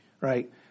right